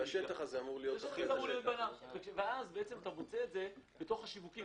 אתה מוצא את זה בתוך השיווקים.